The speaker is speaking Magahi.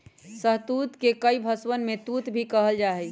शहतूत के कई भषवन में तूत भी कहल जाहई